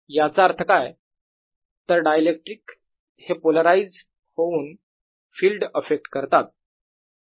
याचा अर्थ काय तर डायइलेक्ट्रिक हे पोलराईझ होऊन फिल्ड अफेक्ट करतात